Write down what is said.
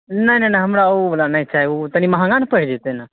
नहि नहि नहि हमरा ओ बला नहि चाही ओ तनि महँगा ने पैरि जेतै ने